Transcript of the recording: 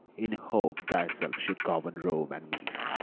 in hope thyself should govern rome and me.